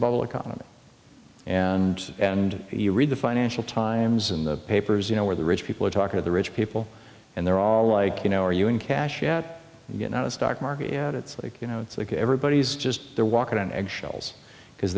bubble economy and and you read the financial times in the papers you know where the rich people talk to the rich people and they're all like you know are you in cash yet you know the stock market yeah it's like you know it's like everybody's just they're walking on eggshells because